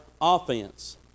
offense